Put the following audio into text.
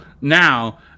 now